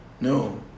no